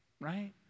right